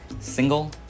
single